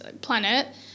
planet